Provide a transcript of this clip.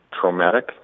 traumatic